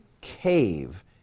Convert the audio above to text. cave